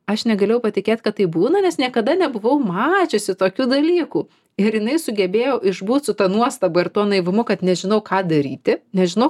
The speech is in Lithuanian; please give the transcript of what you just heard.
aš negalėjau patikėt kad taip būna nes niekada nebuvau mačiusi tokių dalykų ir jinai sugebėjo išbūt su ta nuostaba ir tuo naivumu kad nežinau ką daryti nežinau